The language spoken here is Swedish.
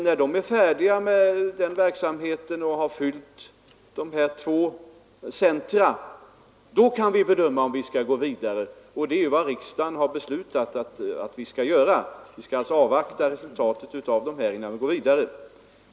När man är färdig med denna verksamhet och har fyllt dessa två industricentra kan vi bedöma om vi skall gå vidare. Riksdagen har beslutat att vi skall avvakta resultatet av dessa båda industricentra innan vi går vidare.